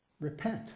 Repent